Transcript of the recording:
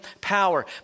power